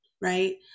right